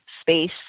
space